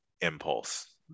impulse